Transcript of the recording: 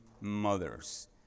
mothers